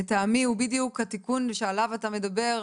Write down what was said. לטעמי הוא בדיוק התיקון שעליו אתה מדבר,